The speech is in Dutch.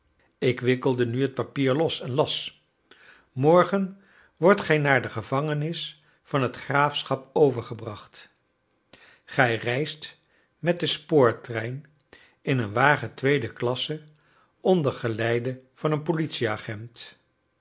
ik wikkelde nu het papier los en las morgen wordt gij naar de gevangenis van het graafschap overgebracht gij reist met den spoortrein in een wagen tweede klasse onder geleide van een politieagent